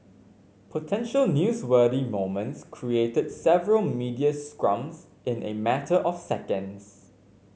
potential newsworthy moments created several media scrums in a matter of seconds